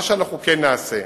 מה שאנחנו כן נעשה,